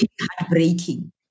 heartbreaking